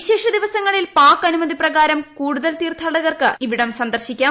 വിശേഷ ദിവസങ്ങളിൽ പാക് അനുമതി പ്രകാരം കൂടുതൽ തീർത്ഥാടകർക്ക് ഇവിടം സന്ദർശിക്കാം